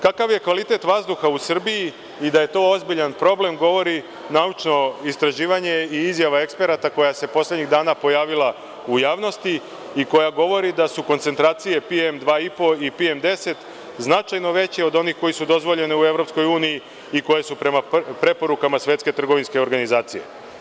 Kakav je kvalitet vazduha u Srbiji i da je to ozbiljan problem govori naučno-istraživanje i izjava eksperata koja se poslednjih dana pojavila u javnosti i koja govori da su koncentracije PM 2,5 i PM 10 značajno veće od onih koje su dozvoljene u EU i koje su prema preporukama Svetske trgovinske organizacije.